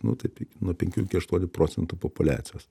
nu taip nuo penkių iki aštuonių procentų populiacijos